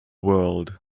world